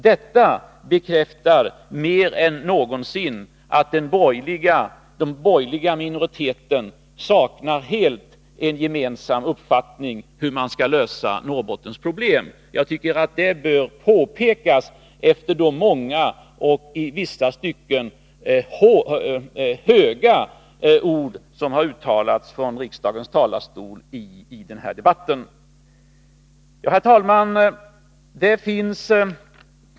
Detta bekräftar mer än någonsin att den borgerliga minoriteten helt saknar en gemensam uppfattning om hur man skall lösa Norrbottens problem. Jag tycker att detta bör påpekas efter de många och i vissa stycken stora ord som har uttalats från riksdagens talarstol i den här debatten. Herr talman!